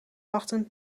wachten